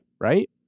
right